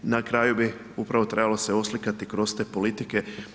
Na kraju bi upravo trebalo se oslikati kroz te politike.